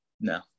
No